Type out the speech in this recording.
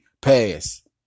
Pass